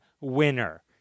winner